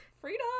Freedom